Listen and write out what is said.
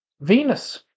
Venus